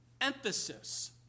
emphasis